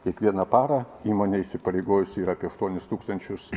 kiekvieną parą įmonė įsipareigojusi yra apie aštuonis tūkstančius